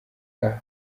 nk’ubwa